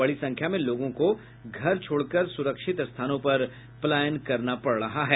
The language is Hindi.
बड़ी संख्या में लोगों को घर छोड़कर सुरक्षित स्थानों पर पलायन करना पड़ रहा है